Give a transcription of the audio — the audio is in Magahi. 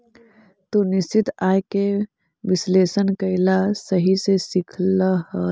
तू निश्चित आय के विश्लेषण कइला कहीं से सीखलऽ हल?